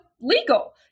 legal